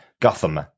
Gotham